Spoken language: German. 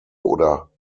oder